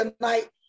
tonight